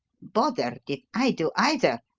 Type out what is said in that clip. bothered if i do either,